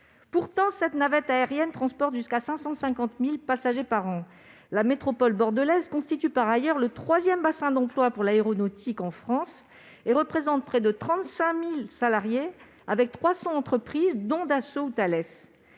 Pourtant, cette navette aérienne transporte jusqu'à 550 000 passagers par an. La métropole bordelaise constitue par ailleurs le troisième bassin d'emploi pour l'aéronautique en France et représente près de 35 000 salariés, avec 300 entreprises, dont Dassault ou Thalès.